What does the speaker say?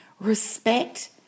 respect